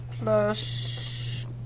plus